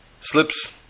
slips